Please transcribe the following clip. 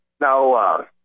Now